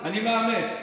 אני מאמץ.